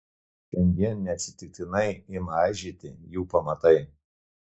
šiandien neatsitiktinai ima aižėti jų pamatai